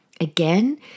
Again